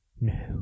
No